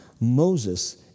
Moses